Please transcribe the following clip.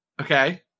Okay